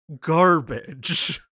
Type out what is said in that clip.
garbage